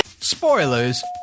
Spoilers